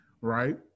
right